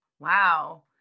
Wow